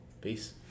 Peace